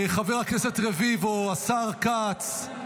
חבר הכנסת רביבו, השר כץ.